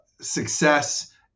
success